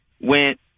went